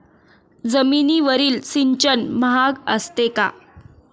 जमिनीवरील सिंचन महाग असते का?